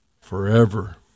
forever